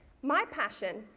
my passion,